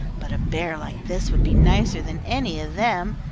but a bear like this would be nicer than any of them.